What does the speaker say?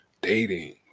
dating